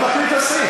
אני מקריא את הסעיף.